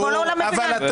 כל העולם מבין.